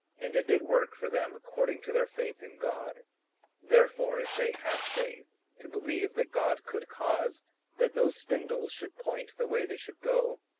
and it did work for them according to their faith in god therefore, if they had faith to believe that god could cause that those spindles should point the way they should go,